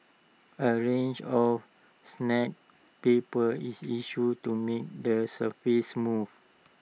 A range of paper is issued to make the surface smooth